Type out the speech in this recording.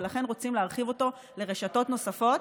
ולכן רוצים להרחיב אותו לרשתות נוספות.